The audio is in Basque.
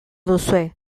duzue